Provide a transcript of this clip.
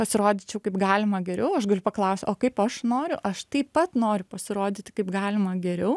pasirodyčiau kaip galima geriau aš galiu paklaust o kaip aš noriu aš taip pat noriu pasirodyti kaip galima geriau